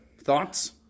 thoughts